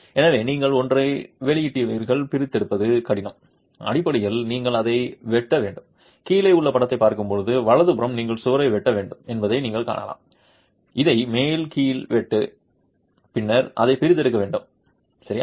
எனவே நீங்கள் ஒன்றை வெளியிட்டுள்ளீர்கள் பிரித்தெடுப்பது கடினம் அடிப்படையில் நீங்கள் அதை வெட்ட வேண்டும் கீழே உள்ள படத்தைப் பார்க்கும்போது வலதுபுறம் நீங்கள் சுவரை வெட்ட வேண்டும் என்பதை நீங்கள் காணலாம் அதை மேலே கீழே வெட்ட வேண்டும் பின்னர் அதை பிரித்தெடுக்க வேண்டும் வலது